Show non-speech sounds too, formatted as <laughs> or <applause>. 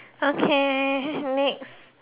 okay <laughs> next